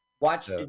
Watch